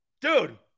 dude